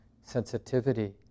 sensitivity